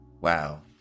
Wow